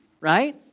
right